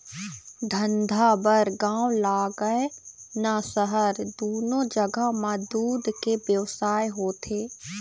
धंधा बर गाँव लागय न सहर, दूनो जघा म दूद के बेवसाय होथे